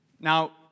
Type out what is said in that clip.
Now